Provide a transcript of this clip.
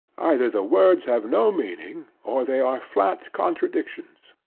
either the words have no meaning, or they are flat contradictions.